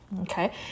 Okay